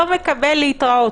לא מקבל, להתראות?